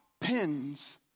pins